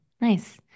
nice